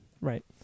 Right